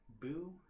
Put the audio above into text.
boo